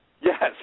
Yes